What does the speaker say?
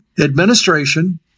administration